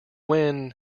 when